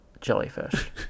jellyfish